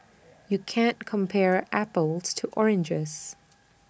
you can't compare apples to oranges